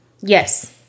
Yes